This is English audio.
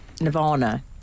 Nirvana